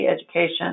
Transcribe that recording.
education